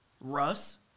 Russ